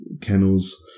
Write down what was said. kennels